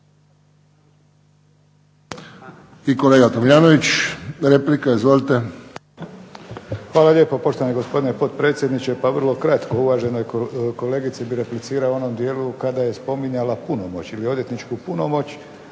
Hvala lijepo poštovani gospodine potpredsjedniče. Pa vrlo kratko. Uvaženoj kolegici bih replicirao u onom dijelu kada je spominjala punomoć ili odvjetničku punomoć.